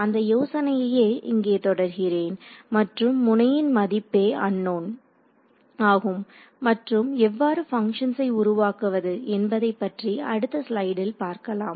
அந்த யோசனையையே இங்கே தொடர்கிறேன் மற்றும் முனையின் மதிப்பே அன்னோன் ஆகும் மற்றும் எவ்வாறு பங்க்ஷன்ஸை உருவாக்குவது என்பதை பற்றி அடுத்த ஸ்லைடில் பார்க்கலாம்